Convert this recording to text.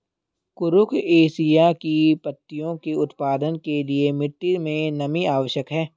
कुरुख एशिया की पत्तियों के उत्पादन के लिए मिट्टी मे नमी आवश्यक है